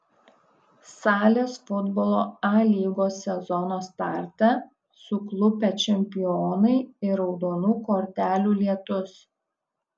salės futbolo a lygos sezono starte suklupę čempionai ir raudonų kortelių lietus